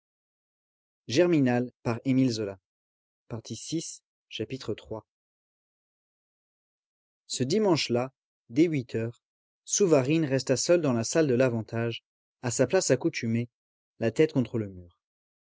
iii ce dimanche-là dès huit heures souvarine resta seul dans la salle de l'avantage à sa place accoutumée la tête contre le mur